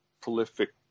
prolific